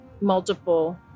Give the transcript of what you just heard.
multiple